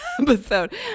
episode